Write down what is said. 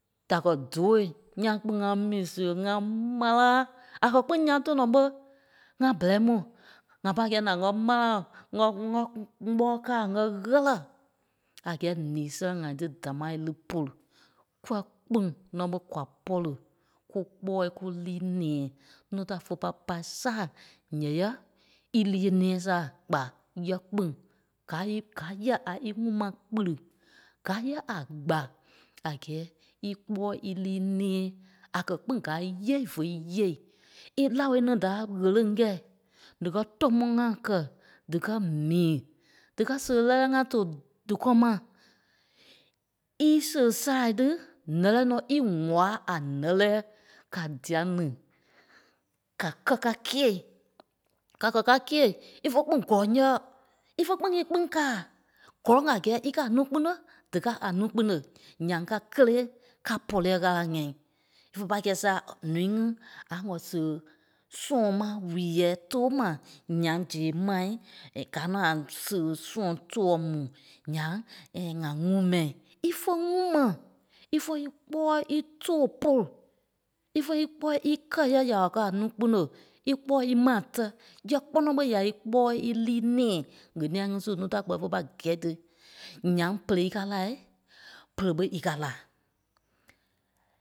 Da kɛ̀ dooi ńyãa kpîŋ ŋá mi siɣe ŋá mãla. À kɛ̀ kpîŋ ńyãa tɔnɔ ɓé ŋ́gaa bɛ́rɛi mu. ŋa pâi kɛ̂i na ŋ́gɛ mãla ŋ́gɛ ŋ́gbɔɔi kaa ŋ́gɛ ɣɛlɛ a gɛ́ɛ ǹii sɛlɛŋ ŋai tí dámaa é lí pôlu. Kûa kpîŋ nɔ́ ɓé kwa pɔ̂ri kú kpɔ́ɔi kú líi nɛ̃ɛi. Núu ta fé pâi pâi sâa ǹyɛɛ yâ í líi é nɛ̃ɛ sâa, kpa. Yá kpîŋ gáa í- gáa yâ a í ŋuŋ ma kpiri. Gáa yá a gbâ a gɛ́ɛ í í kpɔ́ɔi í líi nɛ̃ɛ. À kɛ̀ kpîŋ gáa íyeei, vé íyeei, é laoi ní da ɣéleŋ kɛ̂i, díkɛ tɔ́mɔŋ ŋa kɛ̀, díkɛ mii, díkɛ seɣe lɛ́lɛɛ ŋa too dí kɔŋ ma, í seɣe saai tí, nɛ́lɛɛi nɔ́ í ŋwaa a nɛ́lɛɛ. Ka dîa ni ká kɛ́ ká kîei, ka kɛ̀ ká kîei, ífe kpîŋ gɔ́lɔŋ yɛ̂ɛ- ífe kpîŋ í kpîŋ kaa. Gɔ́lɔŋ a gɛ́ɛ íkaa a núu kpune, díkaa a núu kpune. Ǹyaŋ ká kélee ká pɔ̂riɛi ɣâla ŋ́ɛi, ífe pâi kɛ̀ sâa ǹúui ŋí a ŋɔ seɣe sɔ̃ɔ maa wuyɛɛ tóo ma, ǹyaŋ zeɣei mai gáa nɔ́ a seɣe sɔ̃ɔ tòɔɔ mu. Ǹyaŋ ŋa ŋumɛi, ífe ŋumɛ, ífe í kpɔ́ɔi í too pôlu. ífe í kpɔ́ɔi kɛ yɛ̂ɛ ya wàla kɛ́ a núu kpune. í kpɔ́ɔi í maa tɛ́ yá kpɔ́nɔ ɓé ya í kpɔ́ɔi í líi nɛ̃ɛ ŋ̀eniɛi ŋí su núu da kpɛ́ni fé pâi gɛ̂i tí. Ǹyaŋ berei íkaa lai, bere ɓé íkaa la.